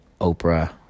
oprah